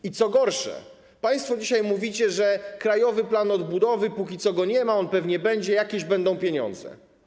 I, co gorsze, państwo dzisiaj mówicie, że Krajowego Planu Odbudowy póki co nie ma, ale on pewnie będzie, jakieś będę pieniądze.